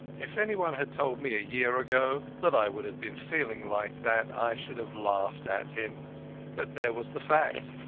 if anyone had told me a year ago that i would have been feeling like that i should have laughed at him but there was the fact.